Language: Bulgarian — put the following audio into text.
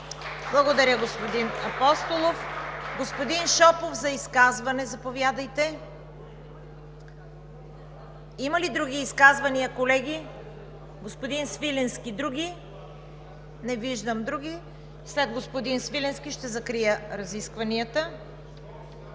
Благодаря, господин Апостолов. Господин Шопов за изказване – заповядайте. Има ли други изказвания, колеги? Господин Свиленски. Други? Не виждам други. След господин Свиленски ще закрия разискванията.